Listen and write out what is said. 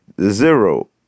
zero